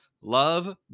love